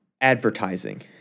advertising